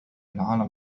العالم